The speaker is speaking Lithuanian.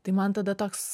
tai man tada toks